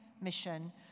mission